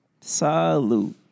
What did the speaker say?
Salute